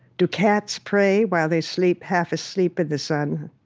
do cats pray, while they sleep half-asleep in the sun?